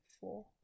four